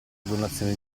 donazioni